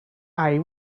eye